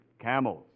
camels